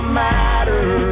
matter